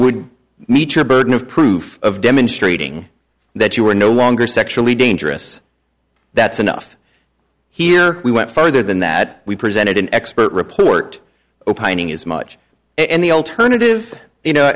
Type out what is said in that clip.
would meet your burden of proof of demonstrating that you were no longer sexually dangerous that's enough here we went further than that we presented an expert report opining as much and the alternative you know